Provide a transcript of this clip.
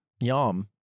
Yom